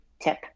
tip